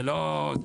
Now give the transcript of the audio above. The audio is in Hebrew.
זה לא.